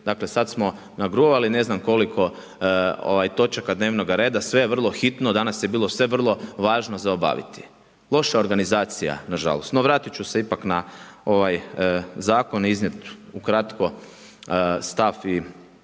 Dakle sada smo nagruvali ne znam koliko točaka dnevnog reda, sve je vrlo hitno, danas je bilo sve vrlo važno za obaviti. Loša organizacija nažalost. No vratiti ću se ipak na ovaj zakon iznijet ukratko stav